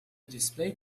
display